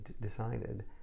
decided